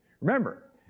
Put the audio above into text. Remember